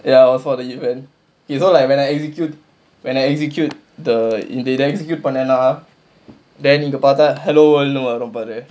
ya was for the event you know like when I execute when I execute the invader execute பண்ணேனா:pannenaa then இங்க பார்த்தா:inga paarthaa hello world னு வரும் பாரு:nu varum paaru